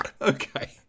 Okay